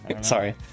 sorry